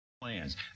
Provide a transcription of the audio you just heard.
Plans